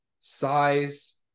size